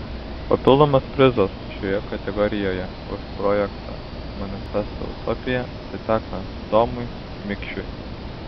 papildomas prizas šioje kategorijoje už projektą manifesto utopija atiteko domui mikšiui